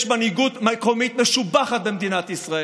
יש מנהיגות מקומית משובחת במדינת ישראל.